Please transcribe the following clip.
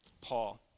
Paul